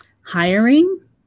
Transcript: hiring